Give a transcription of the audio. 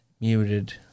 muted